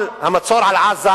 אבל המצור על עזה